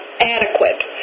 adequate